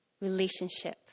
relationship